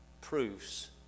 proofs